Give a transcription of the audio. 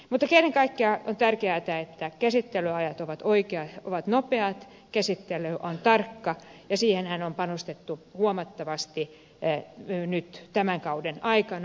mutta kaiken kaikkiaan on tärkeätä että käsittelyajat ovat nopeat käsittely on tarkkaa ja siihenhän on panostettu huomattavasti nyt tämän kauden aikana